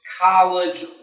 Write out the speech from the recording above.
college